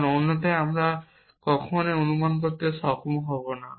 কারণ অন্যথায় আমরা কখনই অনুমান করতে সক্ষম হব না